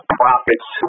profits